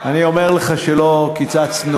אני אומר לך שלא קיצצנו,